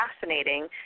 fascinating